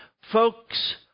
Folks